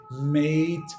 made